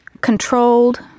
controlled